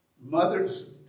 Mother's